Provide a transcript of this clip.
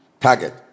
target